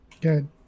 good